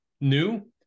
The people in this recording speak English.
new